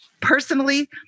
personally